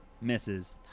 Misses